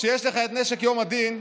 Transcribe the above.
כשיש לך את נשק יום הדין,